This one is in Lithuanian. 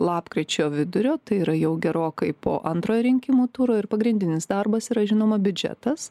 lapkričio vidurio tai yra jau gerokai po antrojo rinkimų turo ir pagrindinis darbas yra žinoma biudžetas